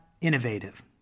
innovative